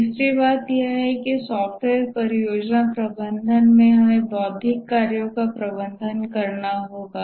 तीसरी बात यह है कि हमें सॉफ्टवेयर परियोजना प्रबंधन में हमें बौद्धिक कार्यों का प्रबंधन करना होगा